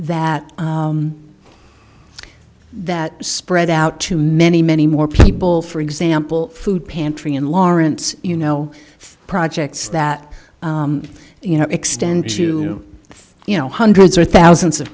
that that spread out to many many more people for example food pantry and lawrence you know projects that you know extend to you know hundreds or thousands of